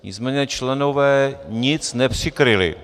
Nicméně členové nic nepřikryli.